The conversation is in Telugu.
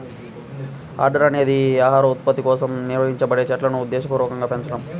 ఆర్చర్డ్ అనేది ఆహార ఉత్పత్తి కోసం నిర్వహించబడే చెట్లును ఉద్దేశపూర్వకంగా పెంచడం